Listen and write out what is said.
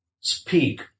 speak